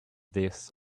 this